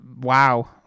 Wow